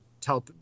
tell